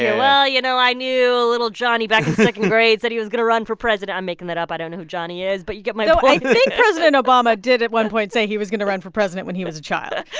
yeah well, you know, i knew ah little johnny back in second grade, said he was going to run for president. i'm making that up. i don't who johnny is, but you get my point though i think president obama did at one point say he was going to run for president when he was a child ah